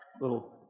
little